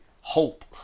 hope